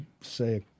say